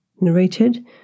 narrated